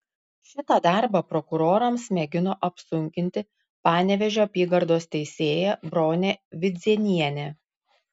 šitą darbą prokurorams mėgino apsunkinti panevėžio apygardos teisėja bronė vidzėnienė